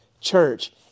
church